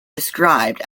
described